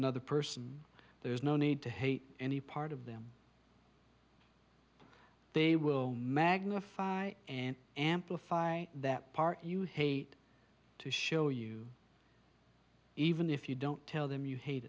another person there's no need to hate any part of them they will magnify and amplify that part you hate to show you even if you don't tell them you hate